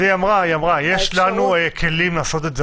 אז היא אמרה: יש לנו כלים לעשות את זה,